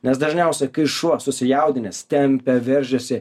nes dažniausiai kai šuo susijaudinęs tempia veržiasi